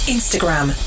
Instagram